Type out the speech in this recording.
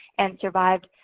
and survived.